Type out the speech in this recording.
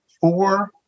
four